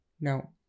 no